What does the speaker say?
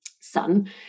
son